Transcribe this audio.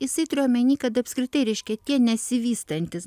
jisai turėjo omeny kad apskritai reiškia tie nesivystantys